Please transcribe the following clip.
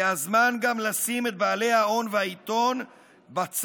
זה הזמן גם לשים את בעלי ההון והעיתון בצד,